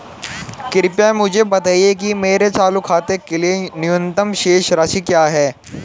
कृपया मुझे बताएं कि मेरे चालू खाते के लिए न्यूनतम शेष राशि क्या है